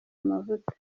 amavuta